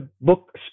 book